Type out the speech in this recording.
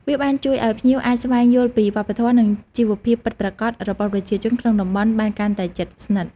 វាបានជួយឲ្យភ្ញៀវអាចស្វែងយល់ពីវប្បធម៌ និងជីវភាពពិតប្រាកដរបស់ប្រជាជនក្នុងតំបន់បានកាន់តែជិតស្និទ្ធ។